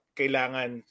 kailangan